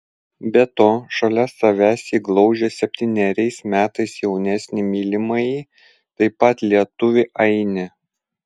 be to šalia savęs ji glaudžia septyneriais metais jaunesnį mylimąjį taip pat lietuvį ainį